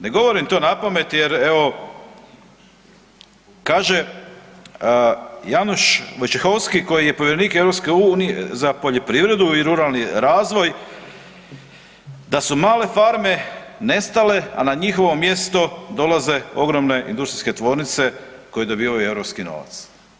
Ne govorim to napamet jer evo kaže Janusz Wojciechowski koji je povjerenik EU za poljoprivredu i ruralni razvoj da su male farme nestale, a na njihovo mjesto dolaze ogromne industrijske tvornice koje dobivaju europski novac.